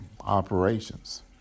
operations